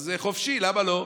אז חופשי, למה לא,